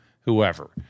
whoever